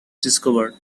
discovered